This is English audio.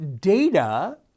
data